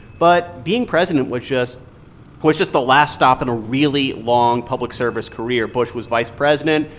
but being president was just was just the last stop in a really long public service career. bush was vice president.